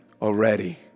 already